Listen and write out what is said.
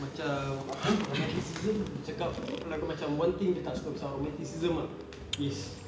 macam apa romanticism dia cakap like macam one thing dia tak suka pasal romanticism ah is